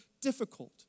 difficult